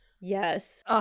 Yes